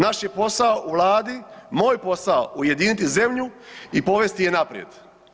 Naš je posao u vladi, moj posao ujediniti zemlju i povesti je naprijed.